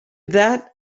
that